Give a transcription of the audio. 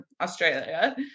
Australia